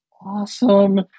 awesome